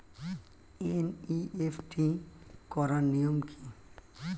NEFT করার নিয়ম কী?